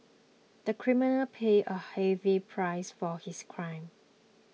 the criminal paid a heavy price for his crime